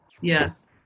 yes